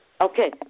Okay